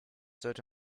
sollte